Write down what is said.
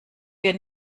wir